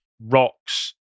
rocks